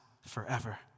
forever